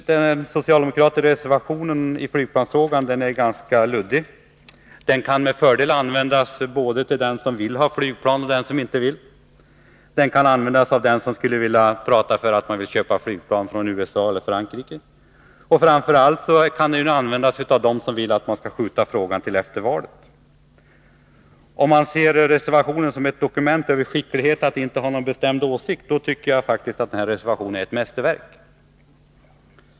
Den socialdemokratiska reservationen i flygplansfrågan är ganska luddig. Den kan med fördel användas både av dem som vill ha flygplan och av dem som inte vill ha några sådana. Den kan dessutom användas av dem som skulle vilja tala för att köpa flygplan från USA eller Frankrike. Och framför allt kan den användas av dem som vill skjuta upp frågan till efter valet. Om man skall se reservationen som ett dokument över skicklighet när det gäller att inte ha någon bestämd åsikt, då är den faktiskt ett mästerverk.